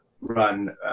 run